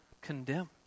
condemned